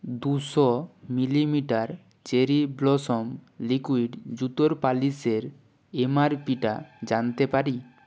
দুশো millimetre cherry blossom liquid জুতোর পালিশের এমআরপি টা জানতে পারি